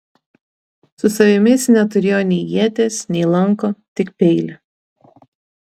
su savimi jis neturėjo nei ieties nei lanko tik peilį